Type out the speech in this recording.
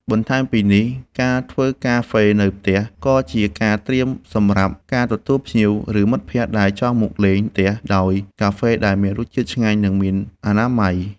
បន្ថែមពីនេះ ការធ្វើកាហ្វេនៅផ្ទះ ក៏អាចជាការត្រៀមសម្រាប់ការទទួលភ្ញៀវ ឬមិត្តភក្តិដែលមកលេងផ្ទះដោយកាហ្វេដែលមានរសជាតិឆ្ងាញ់ និងមានអនាម័យ។